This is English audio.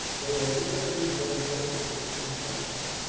they were in their amygdala going into extreme emotions.